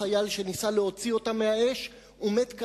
החייל שניסה להוציא אותם מהאש ומת לאחר